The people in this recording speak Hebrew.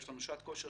ויש לנו שעת כושר,